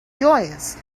joyous